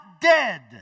dead